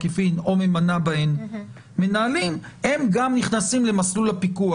בעקיפין או ממנה בהם מנהלים גם הם נכנסים למסלול הפיקוח.